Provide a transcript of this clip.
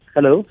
Hello